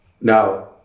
Now